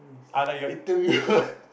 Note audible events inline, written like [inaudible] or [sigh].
I like your interviewer [laughs]